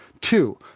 Two